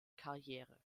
karriere